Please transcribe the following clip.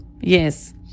Yes